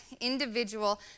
Individual